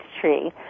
tree